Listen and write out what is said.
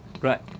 right